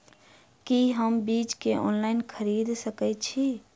की हम बीज केँ ऑनलाइन खरीदै सकैत छी?